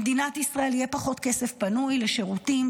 למדינת ישראל יהיה פחות כסף פנוי לשירותים,